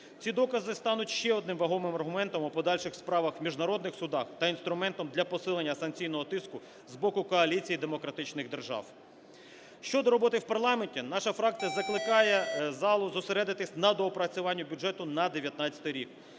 Ці докази стануть ще одним вагомим аргументом у подальших справах в міжнародних судах та інструментом для посилення санкційного тиску з боку коаліції демократичних держав. Щодо роботи в парламенті, наша фракція закликає залу зосередитись на доопрацюванні бюджету на 19-й рік.